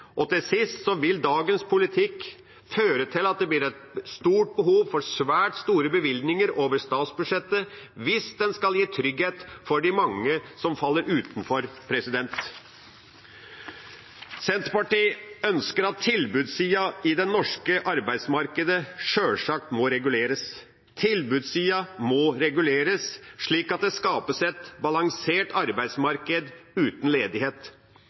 Norge. Til sist vil dagens politikk føre til at det blir et stort behov for svært store bevilgninger over statsbudsjettet hvis en skal gi trygghet for de mange som faller utenfor. Senterpartiet ønsker at tilbudssida i det norske arbeidsmarkedet sjølsagt må reguleres. Tilbudssida må reguleres, slik at det skapes et balansert arbeidsmarked uten ledighet.